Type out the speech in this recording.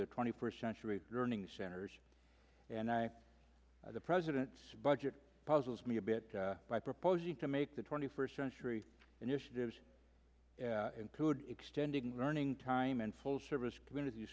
the twenty first century learning centers and i know the president's budget puzzles me a bit by proposing to make the twenty first century initiatives include extending learning time and full service community